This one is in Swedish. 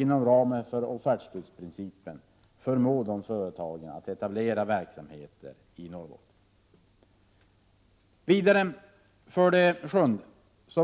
Inom ramen för offertstödsprincipen bör industriministern förmå företagen att etablera verksamheter i Norrbotten. 7. Det